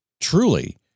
truly